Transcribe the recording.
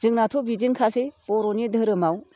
जोंनाथ' बिदिनोखासै बर'नि धोरोमाव